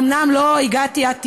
אומנם לא הגעתי עד תשעה,